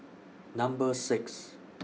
Number six